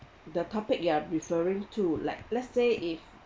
the topic you are referring to like let's say if